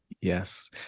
yes